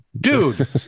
Dude